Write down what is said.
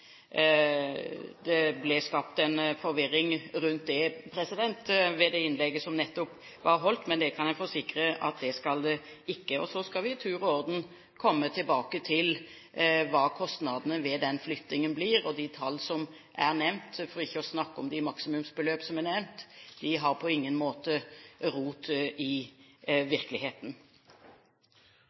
Det ble skapt en forvirring rundt det ved det innlegget som nettopp ble holdt, men det kan jeg forsikre om at det skal det ikke. Så skal vi i tur og orden komme tilbake til hva kostnadene ved den flyttingen blir. Og de tall som er nevnt – for ikke å snakke om de maksimumsbeløp som er nevnt – har på ingen måte rot i virkeligheten.